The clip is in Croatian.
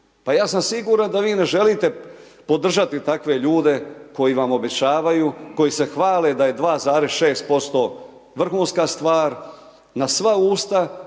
Ja sam siguran da vi ne želite podržati takve ljude, koji vam obećavaju, koji se hvale da je 2,6% vrhunska stvar, na sva usta.